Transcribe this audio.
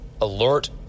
alert